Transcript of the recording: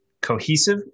cohesive